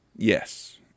Yes